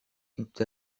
into